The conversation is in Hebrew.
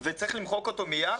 וצריך למחוק אותו מייד.